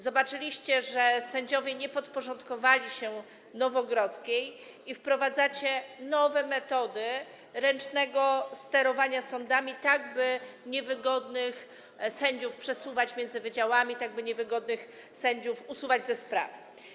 Zobaczyliście, że sędziowie nie podporządkowali się Nowogrodzkiej, i wprowadzacie nowe metody ręcznego sterowania sądami, tak by niewygodnych sędziów przesuwać między wydziałami, tak by niewygodnych sędziów usuwać ze spraw.